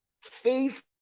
faith